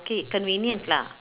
okay convenient lah